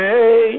Hey